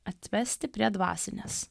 atvesti prie dvasinės